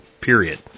period